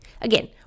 Again